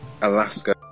Alaska